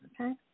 Okay